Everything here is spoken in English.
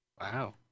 Wow